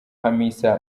hamisa